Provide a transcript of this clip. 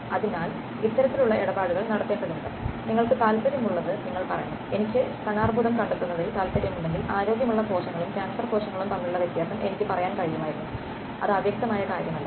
അതിനാൽ ഇത്തരത്തിലുള്ള ഇടപാടുകൾ നടത്തേണ്ടതുണ്ട് നിങ്ങൾക്ക് താൽപ്പര്യമുള്ളത് നിങ്ങൾ പറയണം എനിക്ക് സ്തനാർബുദം കണ്ടെത്തുന്നതിൽ താൽപ്പര്യമുണ്ടെങ്കിൽ ആരോഗ്യമുള്ള കോശങ്ങളും ക്യാൻസർ കോശങ്ങളും തമ്മിലുള്ള വ്യത്യാസം എനിക്ക് പറയാൻ കഴിയുമായിരുന്നു അത് അവ്യക്തമായ കാര്യമല്ല